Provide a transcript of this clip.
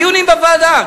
דיונים בוועדה,